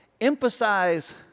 emphasize